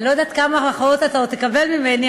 אני לא יודעת כמה מחמאות אתה עוד תקבל ממני,